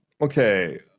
okay